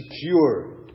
secure